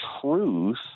truth